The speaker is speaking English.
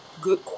good